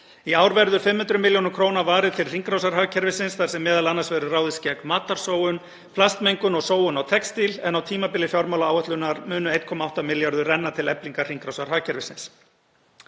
Í ár verður 500 millj. kr. varið til hringrásarhagkerfisins þar sem m.a. verður ráðist gegn matarsóun, plastmengun og sóun á textíl en á tímabili fjármálaáætlunar munu 1,8 milljarðar renna til eflingar hringrásarhagkerfisins.